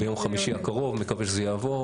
ביום חמישי הקרוב, מקווה שזה יעבור,